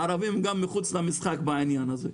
הערבים גם מחוץ למשחק בעניין הזה.